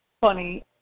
funny